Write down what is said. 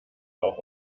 rauch